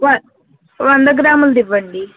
one వంద గ్రాములదివ్వండి